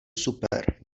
super